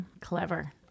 Clever